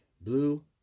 blue